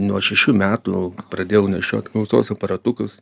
nuo šešių metų pradėjau nešiot klausos aparatukus